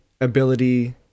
ability